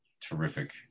terrific